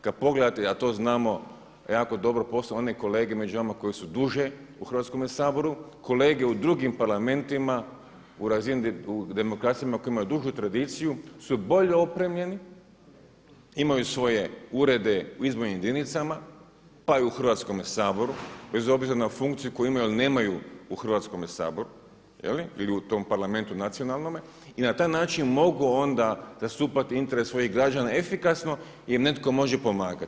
Kada pogledate, a to znamo jako dobro posao one kolege među nama koji su duže u Hrvatskome saboru, kolege u drugim parlamentima u demokracijama koje imaju dužu tradiciju su bolje opremljeni, imaju svoje urede u izbornim jedinicama pa i u Hrvatskome saboru bez obzira na funkciju koju imaju ali nemaju u Hrvatskome saboru jeli ili u parlamentu nacionalnome i na taj način mogu onda zastupati interes svojih građana efikasno i netko može pomagati.